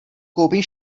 koupím